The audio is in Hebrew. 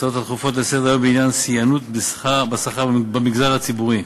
ההצעות הדחופות לסדר-היום בעניין שיאנות השכר במגזר הציבורי.